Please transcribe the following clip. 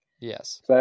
yes